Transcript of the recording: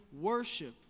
worship